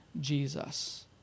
Jesus